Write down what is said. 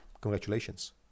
congratulations